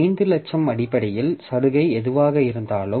5 லட்சம் அடிப்படையில் சலுகை எதுவாக இருந்தாலும்